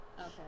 Okay